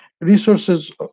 Resources